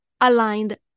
aligned